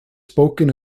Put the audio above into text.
spoken